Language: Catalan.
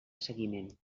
seguiment